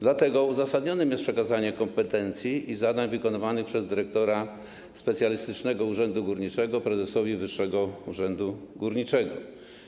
Dlatego uzasadnione jest przekazanie kompetencji i zadań wykonywanych przez dyrektora Specjalistycznego Urzędu Górniczego prezesowi Wyższego Urzędu Górniczego.